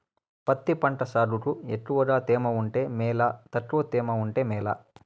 పత్తి పంట సాగుకు ఎక్కువగా తేమ ఉంటే మేలా తక్కువ తేమ ఉంటే మేలా?